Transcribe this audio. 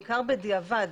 בעיקר בדיעבד,